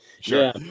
sure